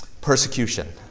Persecution